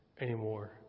anymore